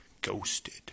Ghosted